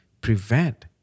prevent